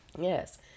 Yes